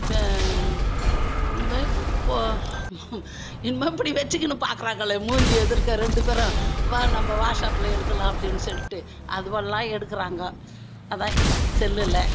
இப்போ இது மாதிரி போ என்னமோ இப்படி வச்சுக்கின்னு பார்க்குறாங்களே மூஞ்சு எதுர்க்க ரெண்டு பேரும் வா நம்ம வாட்ஸ்அப்பில் எடுக்கலாம் அப்படின்னு சொல்லிட்டு அதுவெல்லாம் எடுக்குறாங்கோ அதான் செல்லில்